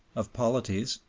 of polities,